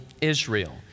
Israel